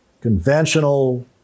conventional